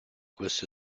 questi